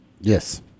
Yes